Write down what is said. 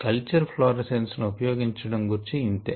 culture fluorescence ను ఉపయోగించడం గూర్చి ఇంతే